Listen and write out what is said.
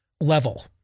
level